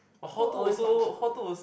too away from school